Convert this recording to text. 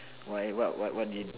why what what did he do